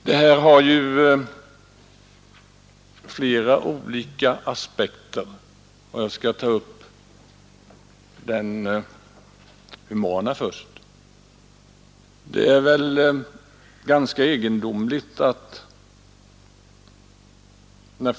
Detta har flera olika aspekter, och jag skall först ta upp den humana.